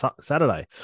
Saturday